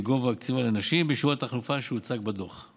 לגובה הקצבה לנשים ובשיעור התחלופה שהוצגו בדוח.